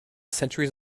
centuries